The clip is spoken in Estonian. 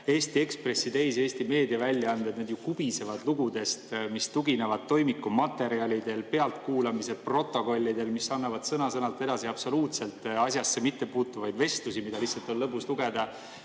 Eesti Ekspressi ja teisi Eesti meediaväljaandeid, siis näete, et need ju kubisevad lugudest, mis tuginevad toimikumaterjalidele, pealtkuulamise protokollidele, annavad sõna-sõnalt edasi absoluutselt asjasse mittepuutuvaid vestlusi, mida on lihtsalt lõbus lugeda,